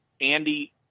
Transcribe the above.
Andy